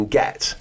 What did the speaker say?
get